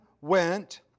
went